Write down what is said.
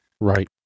Right